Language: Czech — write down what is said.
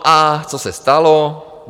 A co se stalo?